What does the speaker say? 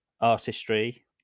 artistry